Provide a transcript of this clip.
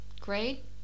great